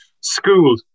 School